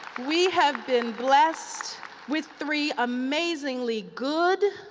we have been blessed with three amazingly good,